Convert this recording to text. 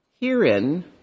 Herein